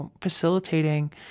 facilitating